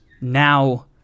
now